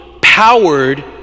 powered